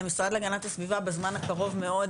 שהמשרד להגנת הסביבה בזמן הקרוב מאוד,